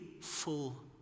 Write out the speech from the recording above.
full